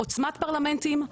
עוצמת פרלמנטים,